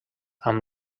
amb